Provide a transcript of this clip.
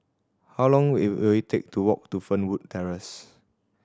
how long will it will it take to walk to Fernwood Terrace